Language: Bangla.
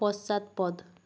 পশ্চাৎপদ